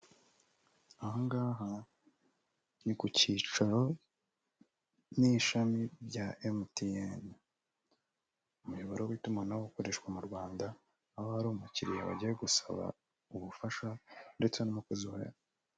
Aha ngaha ni ku cyicaro n'ishami bya MTN, umuyoboro w'itumanaho ukoreshwa mu Rwanda aho hari umukiriya wagiye gusaba ubufasha ndetse n'umukozi wayo.